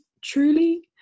truly